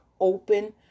open